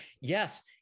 Yes